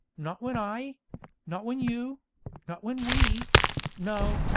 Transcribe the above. not when i not when you not when we no,